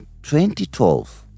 2012